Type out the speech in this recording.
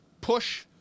push